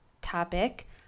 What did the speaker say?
topic